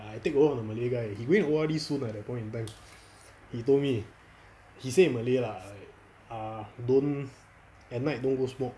I take over a malay guy he going to O_R_D soon at that point in time he told me he say in malay ah like err don't at night don't go smoke